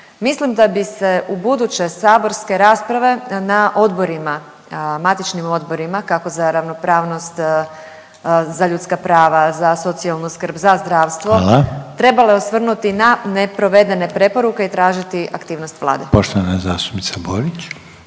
Mislim da bi se ubuduće saborske rasprave na odborima, matičnim odborima kako za ravnopravnost, za ljudska prava, za socijalnu skrb, za zdravstvo …/Upadica Reiner: Hvala./… trebale osvrnuti na neprovedene preporuke i tražiti aktivnost Vlade. **Reiner,